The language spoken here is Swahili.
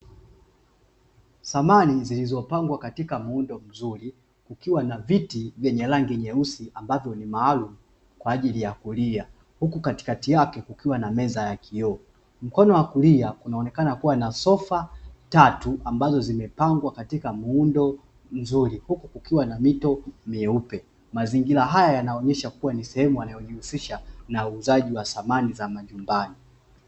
Samani zilizopangwa katika muundo mzuri ukiwa na viti vyenye rangi nyeusi ambavyo ni maalum kwa ajili ya kulia huku katikati yake kukiwa na meza ya kioo. Mkono wa kulia kunaonekana kuwa na sofa tatu ambazo zimepangwa katika muundo mzuri huku kukiwa na mito myeupe. Mazingira haya yanaonyesha kuwa ni sehemu wanayojihusisha na uuzaji wa samani za majumbani.